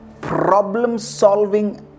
problem-solving